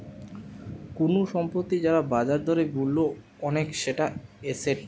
কুনু সম্পত্তি যার বাজার দরে মূল্য অনেক সেটা এসেট